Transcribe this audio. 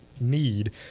need